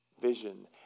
vision